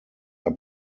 are